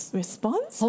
response